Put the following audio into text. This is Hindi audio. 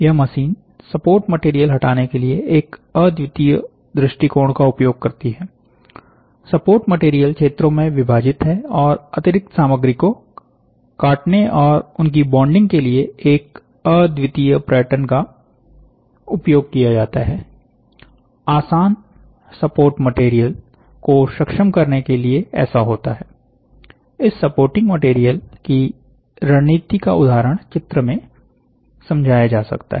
यह मशीन सपोर्ट मटेरियल हटाने के लिए एक अद्वितीय दृष्टिकोण का उपयोग करती है सपोर्ट मटेरियल क्षेत्रों में विभाजित है और अतिरिक्त सामग्री को काटने और उनकी बॉन्डिंग के लिए अद्वितीय पैटर्न उपयोग किया जाता है आसान सपोर्ट मटेरियल को सक्षम करने के लिए ऐसा होता है इस सपोर्टिंग मटेरियल की रणनीति का उदाहरण चित्र में समझाया जा सकता है